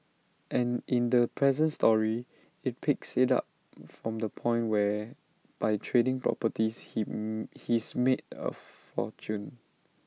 and in the present story IT picks IT up from the point where by trading properties him he's made A fortune